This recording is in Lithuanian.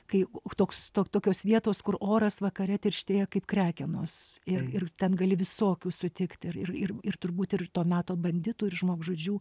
kai toks to tokios vietos kur oras vakare tirštėja kaip krekenos ir ir ten gali visokių sutikti ir ir ir ir turbūt ir to meto banditų ir žmogžudžių